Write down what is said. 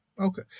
Okay